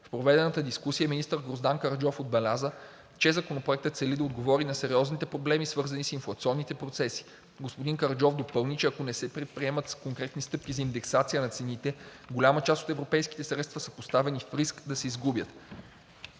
В проведената дискусия министър Гроздан Караджов отбеляза, че Законопроектът цели да отговори на сериозните проблеми, свързани с инфлационните процеси. Господин Караджов допълни, че ако не се предприемат конкретни стъпки за индексация на цените, голяма част от европейските средства са поставени в риск да се изгубят.